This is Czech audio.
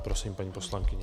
Prosím, paní poslankyně.